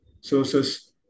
sources